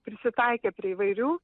prisitaikę prie įvairių